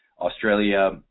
Australia